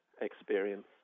experience